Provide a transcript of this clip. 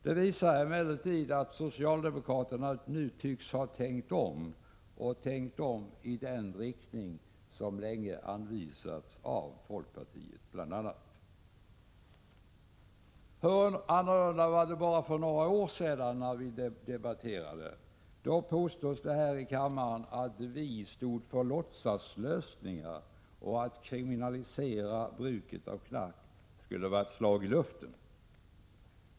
Det visar emellertid att socialdemokraterna nu tycks ha tänkt om, och tänkt om i den riktning som länge anvisats av bl.a. folkpartiet. Hur annorlunda var det inte för bara några år sedan, när vi debatterade frågan? Då påstods det här i kammaren att vi stod för låtsaslösningar och att en kriminalisering av bruket av knark skulle vara ett slag i luften.